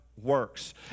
works